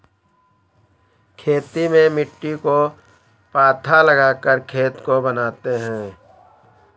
खेती में मिट्टी को पाथा लगाकर खेत को बनाते हैं?